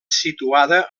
situada